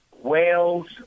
whales